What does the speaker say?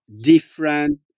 different